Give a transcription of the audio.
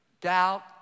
doubt